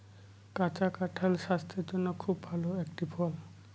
কাঁচা কাঁঠাল স্বাস্থের জন্যে খুব ভালো একটি ফল